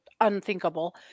unthinkable